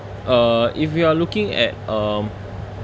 uh if you are looking at um